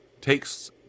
takes